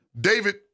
David